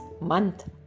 month